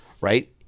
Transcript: right